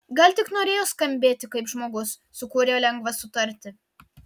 gal tik norėjo skambėti kaip žmogus su kuriuo lengva sutarti